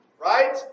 Right